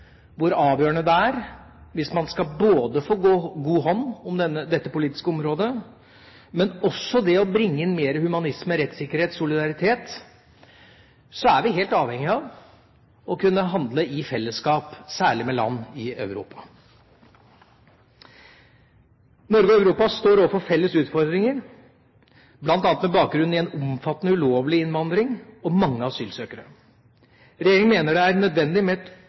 hvor avgjørende det er, hvis man skal få god hånd om dette politiske området, men også bringe inn mer humanisme, rettssikkerhet og solidaritet, å kunne handle i fellesskap, særlig med land i Europa. Norge og Europa står overfor felles utfordringer, bl.a. med bakgrunn i en omfattende ulovlig innvandring og mange asylsøkere. Regjeringa mener det er nødvendig